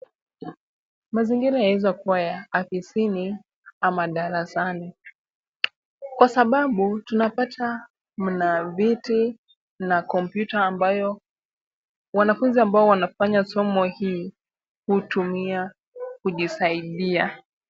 Mazingira yaweza kuwa ya afisini ama darasani kwa sababu tunapata mna viti, mna kompyuta ambayo wanafunzi ambao wanafanya somo hii hutumia kujisaidia.